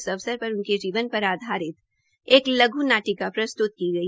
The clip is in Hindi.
इस अवसर पर उनके जीवन पर आधारित एक लघु नाटिका प्रस्तुत की गई